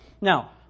Now